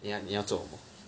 你要你要做什么